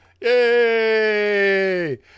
Yay